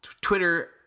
Twitter